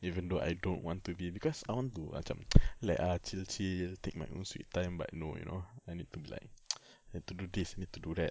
eventhough I don't want to be because I want to macam rilek ah chill chill take my own sweet time but no you know I need to be like need to do this need to do that